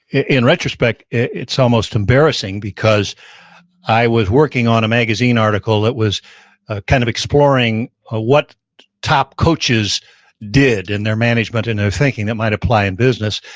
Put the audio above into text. in retrospect, it's almost embarrassing, because i was working on a magazine article that was kind of exploring ah what top coaches did in their management and their thinking that might apply in business.